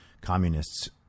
communists